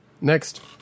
Next